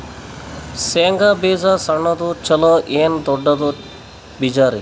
ಶೇಂಗಾ ಬೀಜ ಸಣ್ಣದು ಚಲೋ ಏನ್ ದೊಡ್ಡ ಬೀಜರಿ?